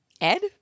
Ed